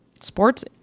sports